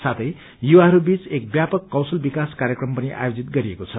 साथै युवाहरू बीच एक व्यापक कौशल विकास कार्यक्रम पनि आयोजित गरिएको छ